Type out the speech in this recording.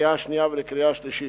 לקריאה שנייה ולקריאה שלישית.